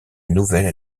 nouvelle